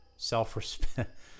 self-respect